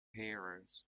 heroes